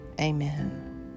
Amen